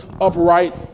upright